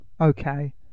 Okay